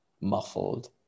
muffled